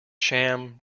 sham